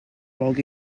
log